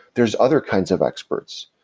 there's other kinds of experts.